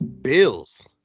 Bills